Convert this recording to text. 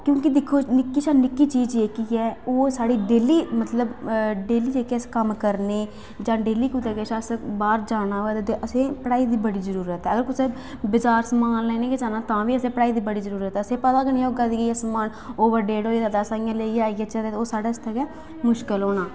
क्योंकि दिक्खो निक्की शा निक्की चीज़ जेह्की ऐ ओह् साढ़ी डेली मतलब डेली जेह्के अस कम्म करने जां डेली कुदै अस बाहर जाना होऐ ते असें पढ़ाई दी बड़ी जरूरत ऐ अगर असें बजार समान लैने गी गै जाना तां बी असें पढ़ाई दी बड़ी जरूरत ऐ ते पता निं होगा एह् समान ओवरडेट होई दा ते अस समान लेइयै आई जाचै ते ओह् साढ़े आस्तै गै मुश्कल होना